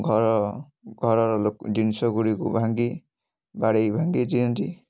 ଘରର ଘରର ଲୋକ ଜିନିଷଗୁଡ଼ିକୁ ଭାଙ୍ଗି ବାଡ଼େଇ ଭାଙ୍ଗି ଦିଅନ୍ତି